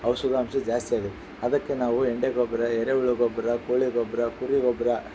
ಔಷಧಾಂಶ ಜಾಸ್ತಿ ಆಗು ಅದಕ್ಕೆ ನಾವು ಹೆಂಡೆ ಗೊಬ್ಬರ ಎರೆಹುಳು ಗೊಬ್ಬರ ಕೋಳಿ ಗೊಬ್ಬರ ಕುರಿ ಗೊಬ್ಬರ